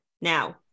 Now